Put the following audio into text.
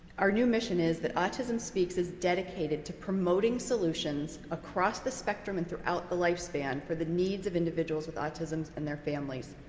our new mission is that autism speaks is dedicated to promoting solutions across the spectrum and throughout the lifespan for the needs of individuals with autism and their families.